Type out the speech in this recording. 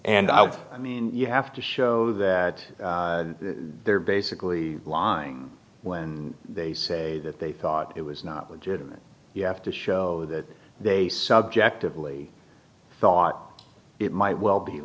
would i mean you have to show that they're basically lying when they say that they thought it was not legitimate you have to show that they subjectively thought it might well be